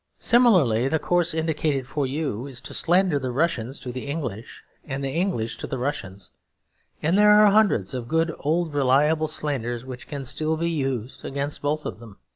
similarly, the course indicated for you is to slander the russians to the english and the english to the russians and there are hundreds of good old reliable slanders which can still be used against both of them.